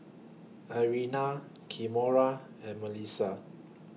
Irena Kimora and Mellisa